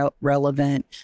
relevant